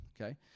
okay